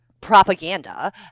propaganda